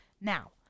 Now